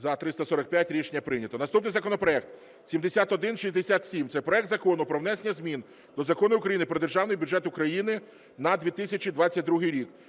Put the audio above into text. За – 345 Рішення прийнято. Наступний законопроект 7167. Це проект Закону про внесення змін до Закону України "Про Державний бюджет України на 2022 рік".